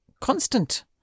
constant